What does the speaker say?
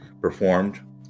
performed